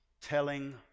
telling